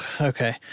Okay